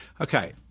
Okay